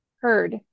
heard